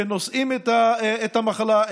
שנושאים את המחלה,